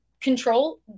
control